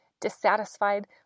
dissatisfied